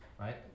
right